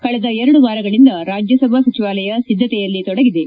ಕಳೆದ ಎರಡು ವಾರಗಳಿಂದ ರಾಜ್ಯಸಭಾ ಸಚಿವಾಲಯ ಸಿದ್ದತೆಯಲ್ಲಿ ತೊಡಗಿದೆ